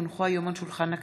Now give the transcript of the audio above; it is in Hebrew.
כי הונחו היום על שולחן הכנסת,